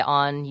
on